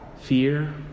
fear